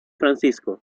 francisco